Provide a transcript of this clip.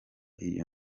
iyo